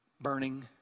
burning